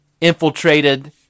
infiltrated